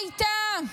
מה איתה?